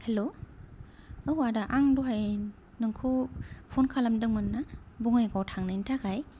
हेल' औ आदा आं दहाय नोंखौ फन खालामदोंमोन ना बङायगावआव थांनायनि थाखाय